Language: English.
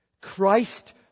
Christ